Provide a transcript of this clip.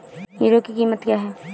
Hero की कीमत क्या है?